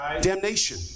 damnation